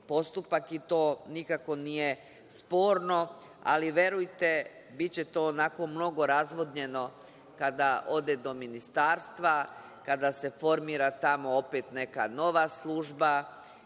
i to nikako nije sporno, ali verujte biće to mnogo razvodnjeno kada ode do ministarstva, kada se formira tamo opet neka nova služba,